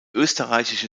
österreichische